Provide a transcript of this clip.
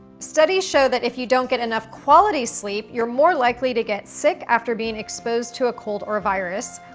studies show that if you don't get enough quality sleep, you're more likely to get sick after being exposed to a cold or a virus.